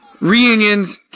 Reunions